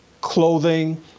clothing